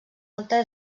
alta